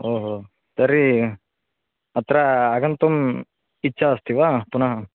ओ हो तर्हि अत्र आगन्तुम् इच्छा अस्ति वा पुनः